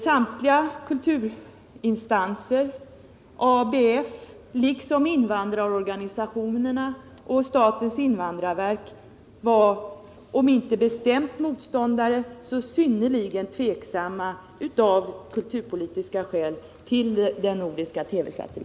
Samtliga kulturinstanser liksom invandrarorganisationerna och statens invandrarverk var om inte bestämt motståndare så synnerligen tveksamma till den nordiska TV-satelliten, av kulturpolitiska skäl.